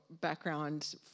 background